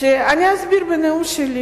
אני אסביר בנאום שלי